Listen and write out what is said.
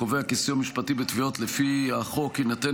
הקובע כי סיוע משפטי בתביעות לפי החוק יינתן